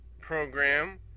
program